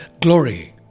Glory